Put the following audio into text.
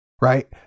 Right